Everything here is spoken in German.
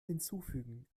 hinzufügen